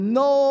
no